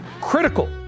critical